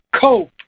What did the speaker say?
cope